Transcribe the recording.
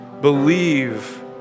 Believe